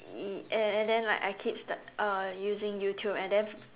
y~ and and then like I keeps like uh using YouTube and then